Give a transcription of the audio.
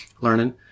learning